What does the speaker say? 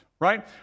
right